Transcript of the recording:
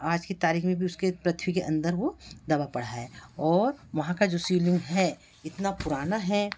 आज के तारीख में भी उसके पृथ्वी के अंदर वो दबा पड़ा है और वहाँ का जो शिव लिंग है इतना पुराना है